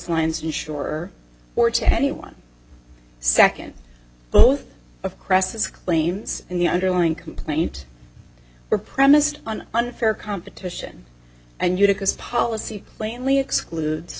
lines and sure or to any one second both of cresses claims and the underlying complaint were premised on unfair competition and you because policy plainly excludes